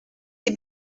les